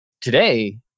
Today